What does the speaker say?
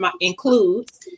includes